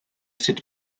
sut